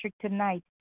tonight